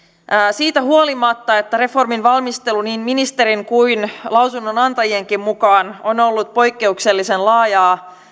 siitä huolimatta että reformin valmistelu niin ministerin kuin lausunnonantajienkin mukaan on ollut poikkeuksellisen laajaa